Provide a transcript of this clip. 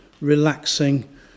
relaxing